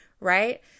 right